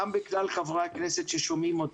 גם בכלל חברי הכנסת ששומעים אותי.